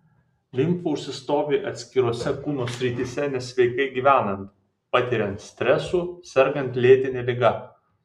limfa užsistovi atskirose kūno srityse nesveikai gyvenant patiriant stresų sergant lėtine liga